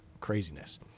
Craziness